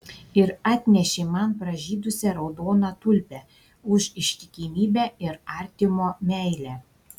ir atnešė man pražydusią raudoną tulpę už ištikimybę ir artimo meilę